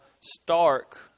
stark